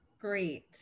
Great